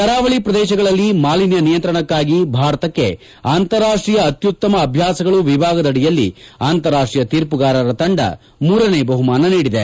ಕರಾವಳಿ ಪ್ರದೇಶಗಳಲ್ಲಿ ಮಾಲಿನ್ಯ ನಿಯಂತ್ರಣಕ್ಕಾಗಿ ಭಾರತಕ್ಕೆ ಅಂತಾರಾಷ್ಷೀಯ ಅತ್ಯುತ್ತಮ ಅಭ್ಯಾಸಗಳು ವಿಭಾಗದಡಿಯಲ್ಲಿ ಅಂತಾರಾಷ್ಷೀಯ ತೀರ್ಮಗಾರರ ತಂಡ ಮೂರನೇ ಬಹುಮಾನ ನೀಡಿವೆ